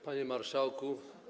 Panie Marszałku!